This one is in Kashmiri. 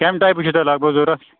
کَمہِ ٹایپہٕ چھُ تۄہِہ لگ بگ ضوٚرَتھ